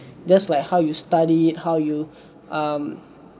just like how you study how you um